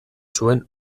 zuen